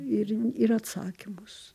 ir ir atsakymus